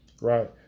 Right